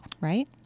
right